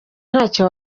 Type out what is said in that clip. ntacyo